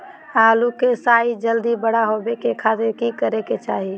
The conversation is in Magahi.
आलू के साइज जल्दी बड़ा होबे के खातिर की करे के चाही?